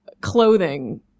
clothing